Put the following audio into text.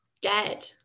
dead